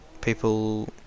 people